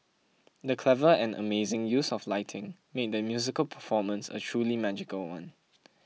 the clever and amazing use of lighting made the musical performance a truly magical one